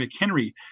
McHenry